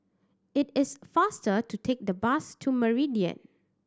it is faster to take the bus to Meridian